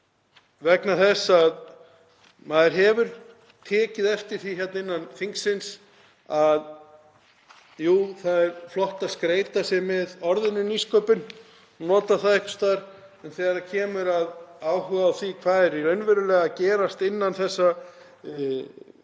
Íslandi. Maður hefur tekið eftir því hérna innan þingsins að jú, það er flott að skreyta sig með orðinu nýsköpun, nota það einhvers staðar, en þegar kemur að áhuga á því hvað er raunverulega að gerast innan þessa